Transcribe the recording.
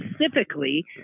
specifically